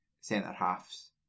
centre-halves